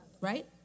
right